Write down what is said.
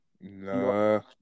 No